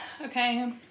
Okay